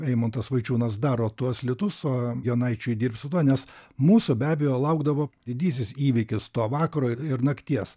eimuntas vaičiūnas daro tuos litus o jonaičiui dirbt su tuo nes mūsų be abejo laukdavo didysis įvykis to vakaro ir nakties